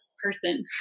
person